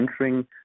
entering